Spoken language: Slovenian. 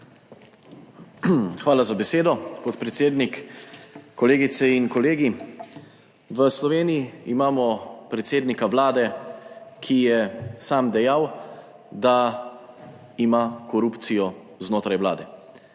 Hvala za besedo, podpredsednik. Kolegice in kolegi! V Sloveniji imamo predsednika Vlade, ki je sam dejal, da ima korupcijo znotraj Vlade.